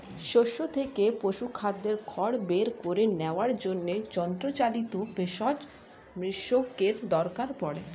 শস্য থেকে পশুখাদ্য খড় বের করে নেওয়ার জন্য যন্ত্রচালিত পেষক মিশ্রকের দরকার পড়ে